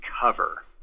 cover